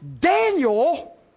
Daniel